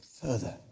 further